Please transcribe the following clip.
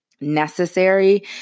necessary